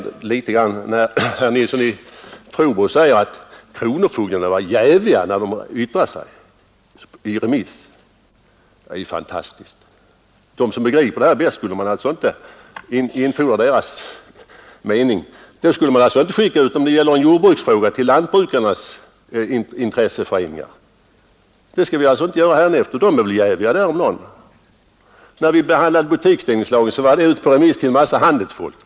Jag måste, herr talman, replikera herr Nilsson i Trobro. Han säger att kronofogdarna var jäviga, när de yttrade sig i remissförfarandet. Det är ju fantastiskt. Man skulle alltså inte infordra deras mening som begriper det här bäst. Då skulle man inte skicka ut en jordbruksfråga på remiss till lantbrukarnas intresseföreningar. Det skall vi alltså inte göra hädanefter. De är ju jäviga där om någon. När vi behandlade butiksstängningslagen, hade den frågan varit ute på remiss till en massa handelsfolk.